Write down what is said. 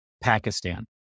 Pakistan